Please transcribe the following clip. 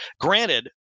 granted